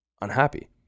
unhappy